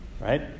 Right